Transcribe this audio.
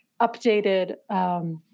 updated –